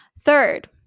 Third